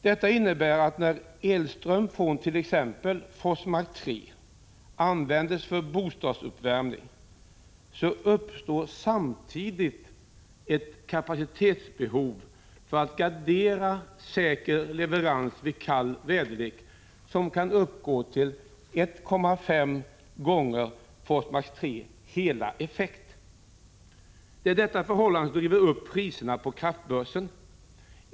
Detta innebär att när elströmmen från t.ex Forsmark 3 används för bostadsuppvärmning, uppstår samtidigt ett behov av kapacitet för att man skall kunna gardera säker leverans vid kall väderlek, som kan uppgå till 1,5 gånger Forsmark 3:s hela effekt. Det är detta förhållande som driver upp priserna på kraftbörsen.